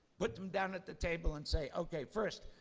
put them down at the table, and say, ok, first,